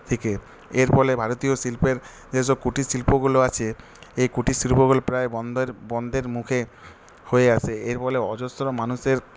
থেকে এর ফলে ভারতীয় শিল্পের যেসব কুটীরশিল্পগুলো আছে এই কুটিরশিল্পগুলো প্রায় বন্ধের বন্ধের মুখে হয়ে আসে এর ফলে অজস্র মানুষের